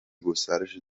گسترش